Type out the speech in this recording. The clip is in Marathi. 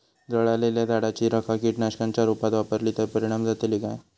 जळालेल्या झाडाची रखा कीटकनाशकांच्या रुपात वापरली तर परिणाम जातली काय?